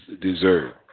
deserve